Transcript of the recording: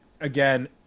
again